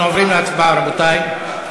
להצבעה, רבותי.